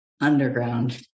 underground